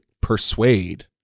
persuade